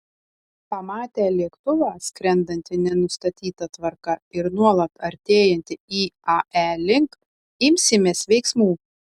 pamatę lėktuvą skrendantį ne nustatyta tvarka ir nuolat artėjantį iae link imsimės veiksmų